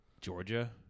Georgia